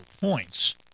points